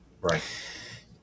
Right